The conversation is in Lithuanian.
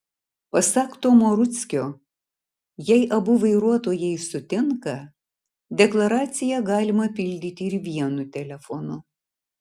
pasak tomo rudzkio jei abu vairuotojai sutinka deklaraciją galima pildyti ir vienu telefonu